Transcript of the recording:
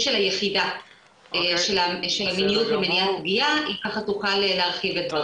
של היחידה למיניות ומניעת פגיעה היא תוכל להרחיב את דבריי.